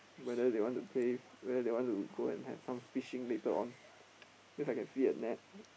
whether they want to play whether they want to go and have some fishing later on cause I can see a net